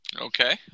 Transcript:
Okay